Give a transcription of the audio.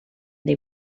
they